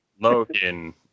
Logan